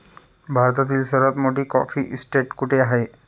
भारतातील सर्वात मोठी कॉफी इस्टेट कुठे आहे?